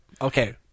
Okay